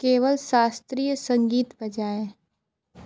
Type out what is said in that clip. केवल शास्त्रीय संगीत बजाएँ